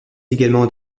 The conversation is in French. également